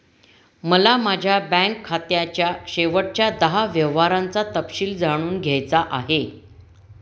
मला माझ्या बँक खात्याच्या शेवटच्या दहा व्यवहारांचा तपशील जाणून घ्यायचा आहे